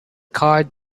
kite